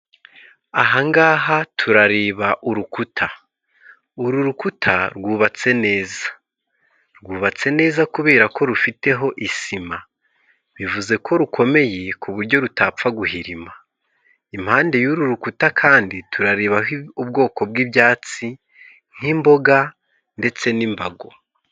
Ahangaha turareba urukuta. Uru rukuta rwubatse neza. Rwubatse neza kubera ko rufiteho isima, bivuze ko rukomeye kubujyo rutapfa guhirima. Impande y'uru rukuta kandi turarebaho ubwoko bw'ibyatsi, nk'imboga ndetse n'imbago.